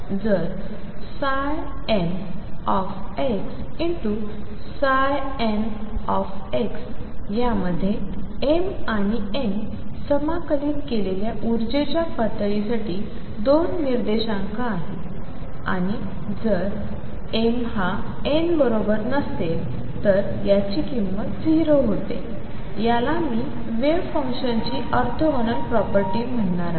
जर mxn यामध्ये m आणि n समाकलित केलेल्या उर्जेच्या पातळीसाठी 2 निर्देशांक आहेत आणि जर m ≠ n तर याची किंमत ० होते याला मी वेव्ह फंक्शनची ऑर्थोगोनल प्रॉपर्टी म्हणणार आहे